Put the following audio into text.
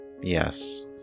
Yes